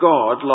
God